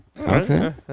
Okay